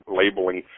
labeling